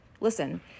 Listen